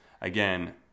Again